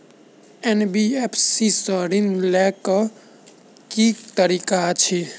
NBFC सँ ऋण लय केँ की तरीका अछि?